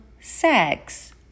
sex